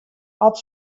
oft